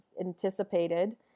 anticipated